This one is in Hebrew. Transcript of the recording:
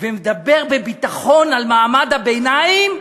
ומדבר בביטחון על מעמד הביניים,